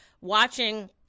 watching